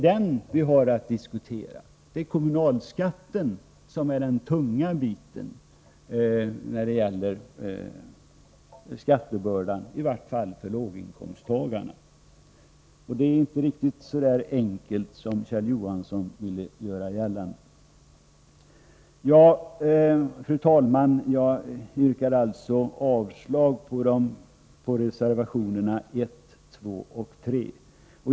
Det är inte den utan kommunalskatten, som medför den tunga skattbördan, i varje fall för låginkomsttagarna. Det är inte så enkelt som Kjell Johansson vill göra gällande. Fru talman! Jag yrkar avslag på reservationerna 1, 2 och 3.